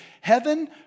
heaven